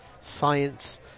science